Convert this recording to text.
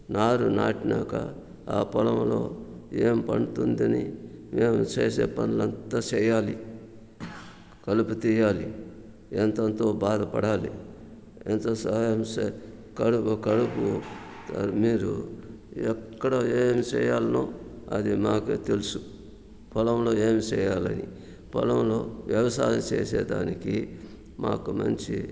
నారు నాటినాక ఆ పొలంలో ఏం పండుతుందని ఏం చేసే పనులంతా చేయాలి కలుపు తీయాలి ఎంతెంతో బాధపడాలి ఎంతో సహాయం చే కడుపు కడుపు మీరు ఎక్కడ ఏం చేయాలనో అది మాకే తెలుసు పొలంలో ఏం చేయాలని పొలంలో వ్యవసాయం చేసే దానికి మాకు మంచి